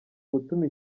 gutuma